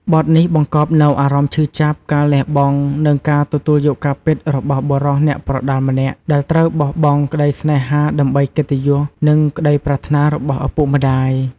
បទនេះបង្កប់នូវអារម្មណ៍ឈឺចាប់ ការលះបង់ និងការទទួលយកការពិតរបស់បុរសអ្នកប្រដាល់ម្នាក់ ដែលត្រូវបោះបង់ក្តីស្នេហាដើម្បីកិត្តិយស និងក្តីប្រាថ្នារបស់ឪពុកម្តាយ។